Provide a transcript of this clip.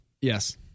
yes